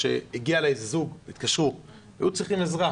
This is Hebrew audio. שהתקשר אלי זוג שהיה צריך עזרה.